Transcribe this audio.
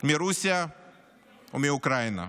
מרוסיה ומאוקראינה,